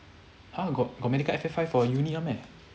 !huh! got got medical F_F_I for uni [one] meh